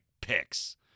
picks